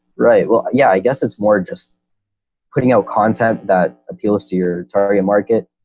right? well, yeah, i guess it's more just putting out content that appeals to your target market.